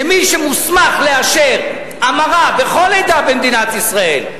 שמי שמוסמך לאשר המרה בכל עדה במדינת ישראל,